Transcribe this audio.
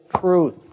truth